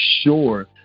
sure